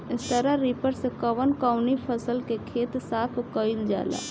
Straw reaper से कवन कवनी फसल के खेत साफ कयील जाला?